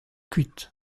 kuit